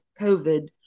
COVID